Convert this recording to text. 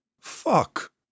Fuck